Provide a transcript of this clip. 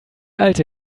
alte